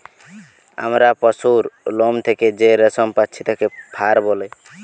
আমরা পশুর লোম থেকে যেই রেশম পাচ্ছি তাকে ফার বলে